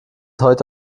heute